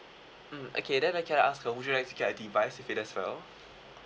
mm okay then uh can I ask uh would you like to get a device with it as well